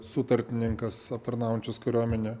sutartininkas aptarnaujančius kariuomenę